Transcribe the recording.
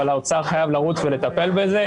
אבל האוצר חייב לרוץ ולטפל בזה,